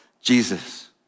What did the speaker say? Jesus